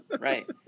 Right